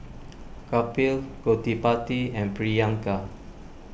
Kapil Gottipati and Priyanka